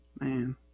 man